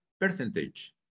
percentage